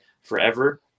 forever